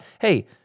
hey